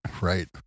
Right